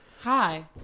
Hi